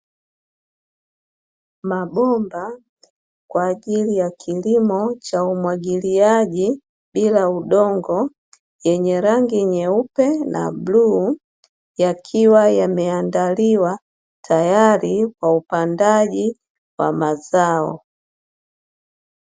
Mabomba kwa ajili ya kilimo cha umwagiliaji bila udongo, yenye rangi nyeupe na bluu, yakiwa yameandaliwa tayari kwa upandaji wa mazao.